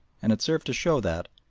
and it served to show that,